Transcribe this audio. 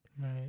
Right